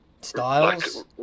Styles